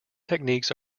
techniques